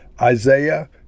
Isaiah